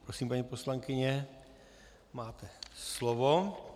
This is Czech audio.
Prosím, paní poslankyně, máte slovo.